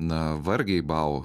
na vargiai bau